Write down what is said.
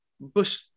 Bush